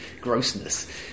grossness